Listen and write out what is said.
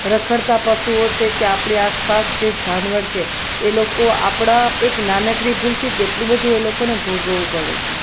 રખડતા પશુઓ છે કે આપણી આસપાસ જે જાનવર છે એ લોકો આપણાં એક નાનકડી ભૂલથી કેટલું બધું એ લોકોને ભોગવવું પડે છે